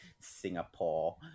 Singapore